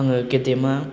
आङो गेदेमा